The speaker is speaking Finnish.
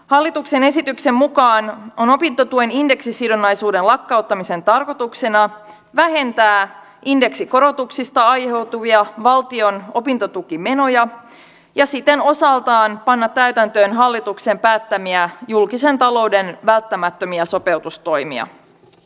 hallituksen esityksen mukaan opintotuen indeksisidonnaisuuden lakkauttamisen tarkoituksena on vähentää indeksikorotuksista aiheutuvia valtion opintotukimenoja ja siten osaltaan panna täytäntöön hallituksen päättämiä julkisen talouden välttämättömiä sopeutustoimia